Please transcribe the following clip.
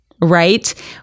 right